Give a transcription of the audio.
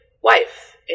wife